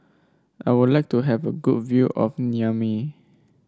I would like to have a good view of Niamey